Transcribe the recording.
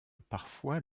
parfois